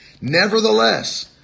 Nevertheless